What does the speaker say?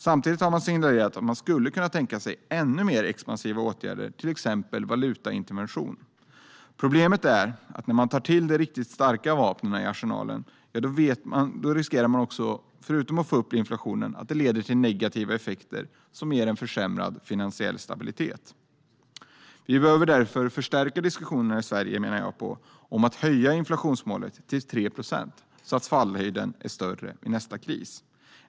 Samtidigt har man signalerat att man skulle kunna tänka sig ännu mer expansiva åtgärder, till exempel valutaintervention. Problemet är att man när man tar till de riktigt starka vapnen i arsenalen också riskerar - förutom att inflationen går upp - att det leder till negativa effekter som ger en försämrad finansiell stabilitet. Vi behöver därför förstärka diskussionerna i Sverige, menar jag, om att höja inflationsmålet till 3 procent så att fallhöjden är större vid nästa kris.